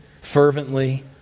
fervently